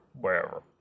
wherever